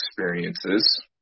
experiences